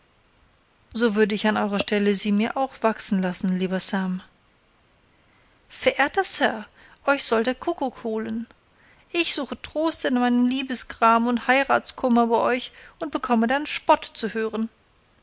so würde ich an eurer stelle sie mir auch wachsen lassen lieber sam verehrter sir euch soll der kuckuck holen ich suche trost in meinem liebesgram und heiratskummer bei euch und bekomme spott zu hören